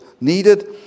needed